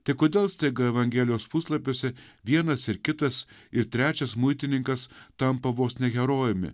tik kodėl staiga evangelijos puslapiuose vienas ir kitas ir trečias muitininkas tampa vos ne herojumi